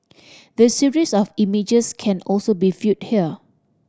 the series of images can also be viewed here